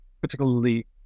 particularly